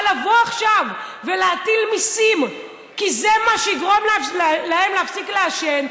אבל לבוא עכשיו ולהטיל מיסים כי זה מה שיגרום להם להפסיק לעשן,